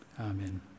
Amen